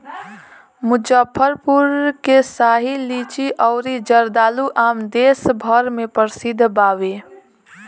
मुजफ्फरपुर के शाही लीची अउरी जर्दालू आम देस भर में प्रसिद्ध बावे